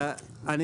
ובנימה רצינית,